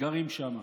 שגרים שם,